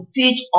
teach